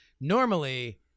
normally